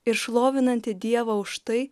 ir šlovinanti dievą už tai